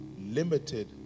limited